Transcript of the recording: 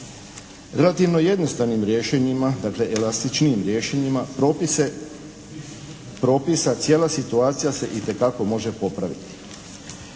Relativno jednostavnim rješenjima dakle elastičnijim rješenjima propisa, cijela situacija se itekako može popraviti.